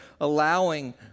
allowing